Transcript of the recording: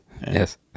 Yes